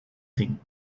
thing